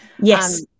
Yes